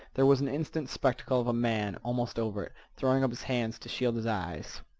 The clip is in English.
there was an instant spectacle of a man, almost over it, throwing up his hands to shield his eyes.